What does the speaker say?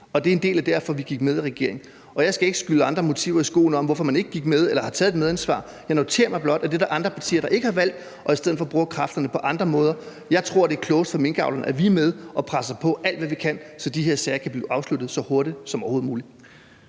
og det er en del af grunden til, at vi gik med i regeringen. Jeg skal ikke skyde andre motiver i skoene, med hensyn til hvorfor man ikke gik med eller har taget et medansvar. Jeg noterer mig blot, at det er der andre partier der ikke har valgt, I stedet for bruger de kræfterne på andre måder. Jeg tror, det er klogest for minkavlerne, at vi er med og presser på alt, hvad vi kan, så de her sager kan blive afsluttet så hurtigt som overhovedet muligt.